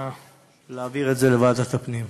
להעביר את זה לוועדת הפנים.